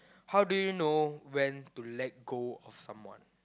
how do you know when to let go of someone